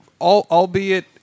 albeit